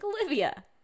Olivia